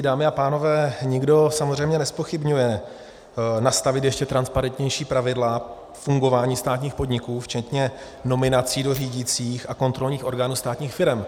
Dámy a pánové, nikdo samozřejmě nezpochybňuje potřebu nastavit ještě transparentnější pravidla fungování státních podniků včetně nominací do řídících a kontrolních orgánů státních firem.